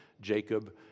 Jacob